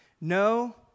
no